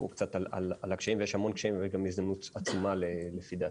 קצת על הקשיים ויש המון קשיים אבל יש גם הזדמנות עצומה לפי דעתי.